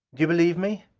do you believe me?